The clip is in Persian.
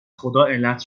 خداعلت